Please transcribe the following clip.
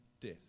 death